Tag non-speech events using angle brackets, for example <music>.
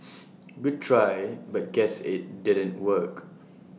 <noise> good try but guess IT didn't work